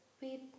We